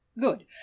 good